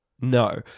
No